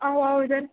आहो आहो सर